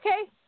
okay